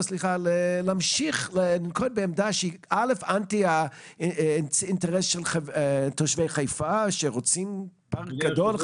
להמשיך לנקוט בעמדה שנוגדת את האינטרס של תושבי חיפה שרוצים פארק גדול,